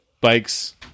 bikes